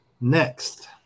Next